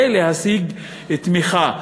ולהשיג תמיכה.